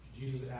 Jesus